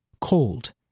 Cold